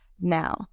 now